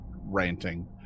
ranting